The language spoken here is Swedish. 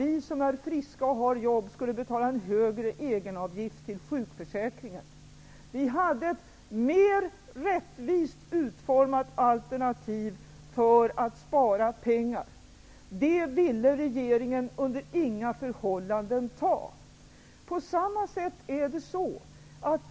Vi som är friska och har jobb skulle betala en högre egenavgift till sjukförsäkringen. Vi hade ett mer rättvist utformat alternativ för att spara pengar. Det ville regeringen under inga förhållanden ta.